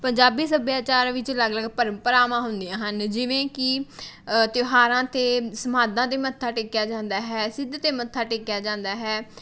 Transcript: ਪੰਜਾਬੀ ਸੱਭਿਆਚਾਰ ਵਿੱਚ ਅਲੱਗ ਅਲੱਗ ਪ੍ਰੰਪਰਾਵਾਂ ਹੁੰਦੀਆਂ ਹਨ ਜਿਵੇਂ ਕਿ ਤਿਉਹਾਰਾਂ 'ਤੇ ਸਮਾਧਾਂ 'ਤੇ ਮੱਥਾ ਟੇਕਿਆ ਜਾਂਦਾ ਹੈ ਸਿੱਧ 'ਤੇ ਮੱਥਾ ਟੇਕਿਆ ਜਾਂਦਾ ਹੈ